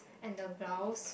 and the blouse